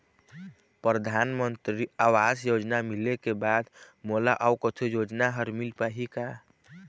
परधानमंतरी आवास योजना मिले के बाद मोला अऊ कुछू योजना हर मिल पाही का?